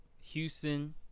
Houston